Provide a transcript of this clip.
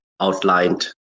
outlined